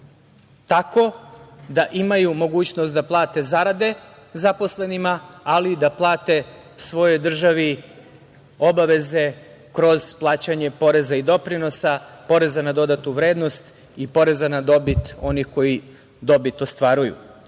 tako da imaju mogućnost da plate zarade zaposlenima, ali i da plate svojoj državi obaveze kroz plaćanje poreza i doprinosa, PDV i poreza na dobit onih koji dobit ostvaruju. Mislim